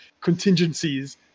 contingencies